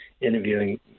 interviewing